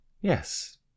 yes